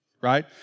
right